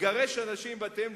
לגרש אנשים מבתיהם,